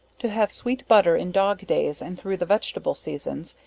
to have sweet butter in dog days, and thro' the vegetable seasons,